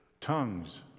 tongues